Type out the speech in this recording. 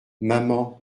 maman